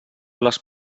les